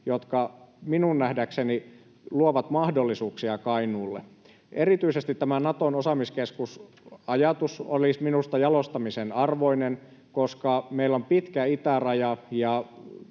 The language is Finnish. jotka minun nähdäkseni luovat mahdollisuuksia Kainuulle. Erityisesti tämä Naton osaamiskeskus ‑ajatus olisi minusta jalostamisen arvoinen, koska meillä on pitkä itäraja.